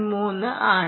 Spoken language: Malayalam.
3 ആണ്